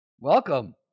Welcome